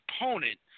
opponent